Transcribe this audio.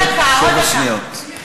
שבע שניות.